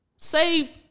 Saved